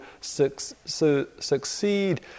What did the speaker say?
succeed